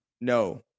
No